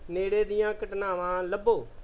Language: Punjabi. ਨੇੜੇ ਦੀਆਂ ਘਟਨਾਵਾਂ ਲੱਭੋ